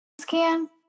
scan